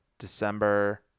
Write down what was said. december